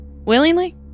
willingly